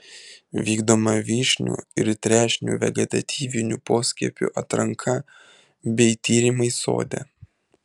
vykdoma vyšnių ir trešnių vegetatyvinių poskiepių atranka bei tyrimai sode